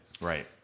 Right